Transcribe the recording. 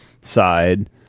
side